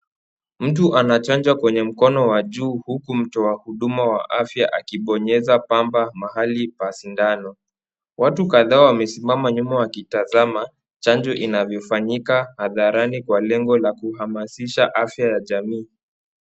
Mtu anachanjwa kwenye mkono wa juu huku mtoa huduma wa afya akibonyeza pamba mahali pa sindano. Watu kadhaa wamesimama nyuma wakitazama chanjo inavyo fanyika hadharani kwa lengo la kuhamasisha afya ya jamii.